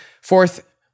Fourth